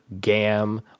Gam